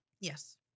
Yes